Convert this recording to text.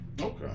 Okay